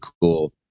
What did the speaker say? cool